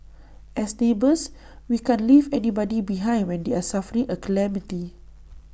as neighbours we can't leave anybody behind when they're suffering A calamity